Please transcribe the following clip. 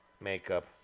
Makeup